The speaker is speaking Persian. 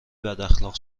بداخلاق